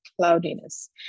cloudiness